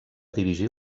dirigir